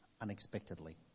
unexpectedly